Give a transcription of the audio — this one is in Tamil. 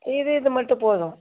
இது இது மட்டும் போதும்